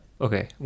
Okay